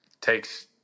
takes